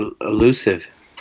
Elusive